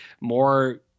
more